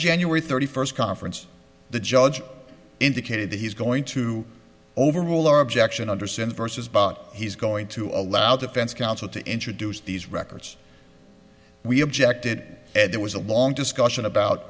january thirty first conference the judge indicated that he's going to overrule our objection understand vs but he's going to allow defense counsel to introduce these records we objected and there was a long discussion about